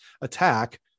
attack